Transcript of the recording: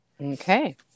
Okay